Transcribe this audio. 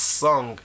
song